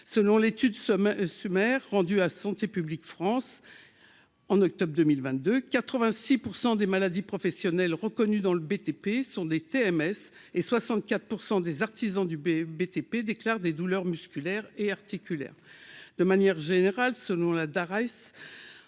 selon l'étude, Some Summer rendu à Santé publique France en octobre 2022 quatre-vingt-six % des maladies professionnelles reconnues dans le BTP sont des TMS et 64 % des artisans du bé BTP déclare des douleurs musculaires et articulaires, de manière générale, selon la Darès